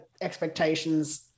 expectations